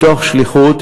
מתוך שליחות,